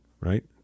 right